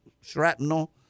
shrapnel